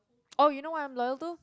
oh you know what I'm loyal to